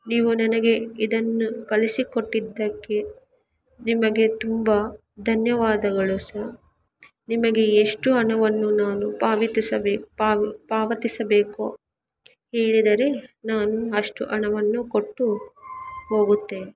ನೀವು ನನಗೆ ಇದನ್ನು ಕಲಿಸಿಕೊಟ್ಟಿದ್ದಕ್ಕೆ ನಿಮಗೆ ತುಂಬಾ ಧನ್ಯವಾದಗಳು ಸರ್ ನಿಮಗೆ ಎಷ್ಟು ಹಣವನ್ನು ನಾನು ಪಾವತಿಸಬೇ ಪಾವು ಪಾವತಿಸಬೇಕೋ ಹೇಳಿದರೆ ನಾನು ಅಷ್ಟು ಹಣವನ್ನು ಕೊಟ್ಟು ಹೋಗುತ್ತೇನೆ